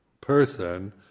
person